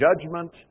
judgment